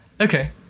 Okay